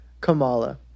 Kamala